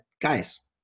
guys